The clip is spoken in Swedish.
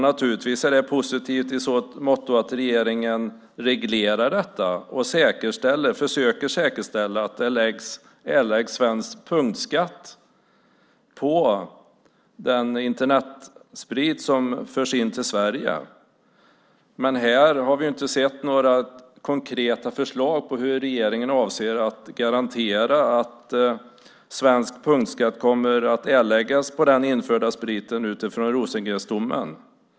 Naturligtvis är det positivt i så måtto att regeringen reglerar detta och försöker säkerställa att det erläggs svensk punktskatt på den Internetsprit som förs in till Sverige. Men här har vi inte sett några konkreta förslag på hur regeringen ska garantera att svensk punktskatt kommer att erläggas på den införda spriten utifrån Rosengrensdomen.